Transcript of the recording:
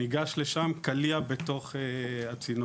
ניגש לשם, קליע בתוך הצינור.